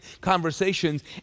conversations